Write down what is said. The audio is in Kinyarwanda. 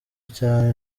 cyane